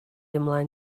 ymlaen